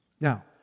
Now